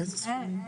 איזה זכות?